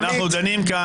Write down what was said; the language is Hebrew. אנחנו דנים כאן --- עמית.